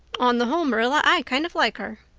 on the whole, marilla, i kind of like her.